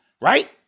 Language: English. Right